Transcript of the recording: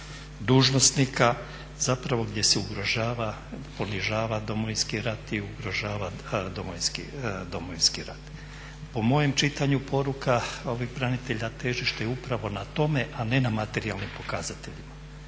dužnosnika zapravo gdje se ugrožava, ponižava Domovinski rat i ugrožava Domovinski rat. Po mojem čitanju poruka ovih branitelja težište je upravo na tome a ne na materijalnim pokazateljima.